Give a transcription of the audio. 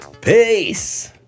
Peace